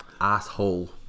Asshole